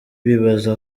bibaza